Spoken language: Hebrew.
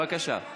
בבקשה.